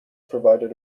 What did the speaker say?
provided